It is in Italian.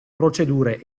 procedure